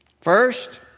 First